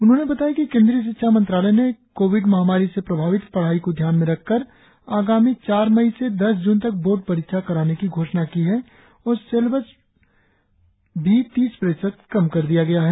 उन्होंने बताया कि केंद्रीय शिक्षा मंत्रालय ने कोविड महामारी से प्रभावित पढ़ाई को ध्यान में रखकर आगामी चार मई से दस जून तक बोर्ड परीक्षा कराने की घोषणा की है और सिलेबस भी तीस प्रतिशत कम कर दिया है